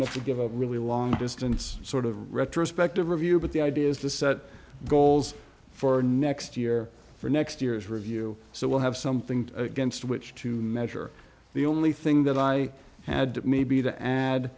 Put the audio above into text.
enough to give a really long distance sort of retrospective review but the idea is to set goals for next year for next year's review so we'll have something against which to measure the only thing that i had maybe to ad